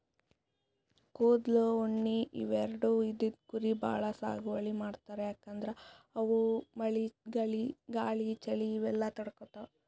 ಕೂದಲ್, ಉಣ್ಣಿ ಇವೆರಡು ಇದ್ದಿದ್ ಕುರಿ ಭಾಳ್ ಸಾಗುವಳಿ ಮಾಡ್ತರ್ ಯಾಕಂದ್ರ ಅವು ಮಳಿ ಗಾಳಿ ಚಳಿ ಇವೆಲ್ಲ ತಡ್ಕೊತಾವ್